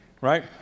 Right